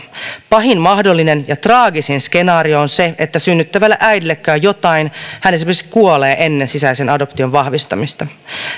pahin mahdollinen ja traagisin skenaario on se että synnyttävälle äidille käy jotain hän esimerkiksi kuolee ennen sisäisen adoption vahvistamista